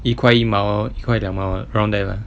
一块一毛一块两毛 around there lah